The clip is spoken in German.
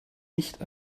nicht